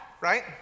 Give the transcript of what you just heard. right